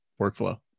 workflow